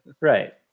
Right